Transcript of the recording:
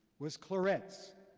was clorets,